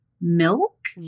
Milk